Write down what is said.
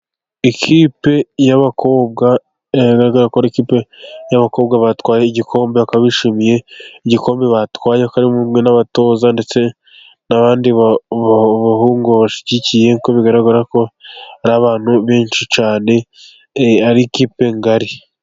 Ikipe y'abakobwa bigaragarako ari ikipe y'abakobwa batwaye igikombe, bakaba bishimiye igikombe batwaye bakaba bari kumwe n'abatoza ndetse n'abandi bahungu babashyigikiye, uko bigaragarako hari abantu benshi cyane ari ikipe ngari.